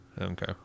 Okay